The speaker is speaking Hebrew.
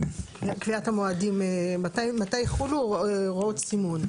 על קביעת המועדים, מתי יחולו הוראות סימון.